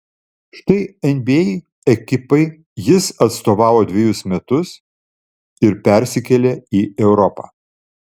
šiai nba ekipai jis atstovavo dvejus metus ir persikėlė į europą